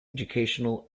educational